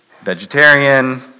Vegetarian